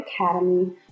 Academy